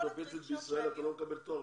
בפיזיותרפיה, בישראל אתה לא מקבל תואר.